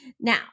Now